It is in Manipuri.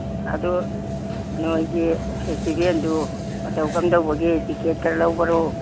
ꯑꯗꯨ ꯅꯣꯏꯒꯤ ꯐꯦꯁꯇꯤꯕꯦꯜꯗꯨ ꯃꯇꯧ ꯀꯝꯗꯧꯕꯒꯤ ꯇꯤꯛꯀꯦꯠꯀꯥ ꯂꯧꯕꯔꯣ